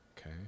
Okay